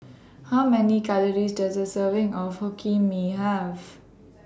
How Many Calories Does A Serving of Hokkien Mee Have